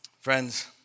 Friends